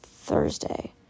thursday